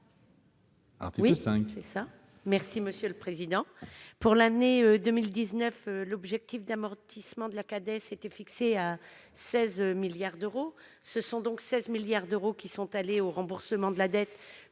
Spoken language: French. Apourceau-Poly, sur l'article. Pour l'année 2019, l'objectif d'amortissement de la Cades était fixé à 16 milliards d'euros. Ce sont donc 16 milliards d'euros qui sont allés au remboursement de la dette